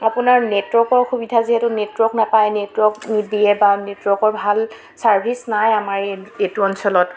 আপোনাৰ নেটৱৰ্কৰ অসুবিধা যিহেতু নেটৱৰ্ক নাপায় নেটৱৰ্ক নিদিয়ে বা নেটৱৰ্কৰ ভাল ছাৰ্ভিচ নাই আমাৰ এই এইটো অঞ্চলত